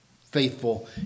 Faithful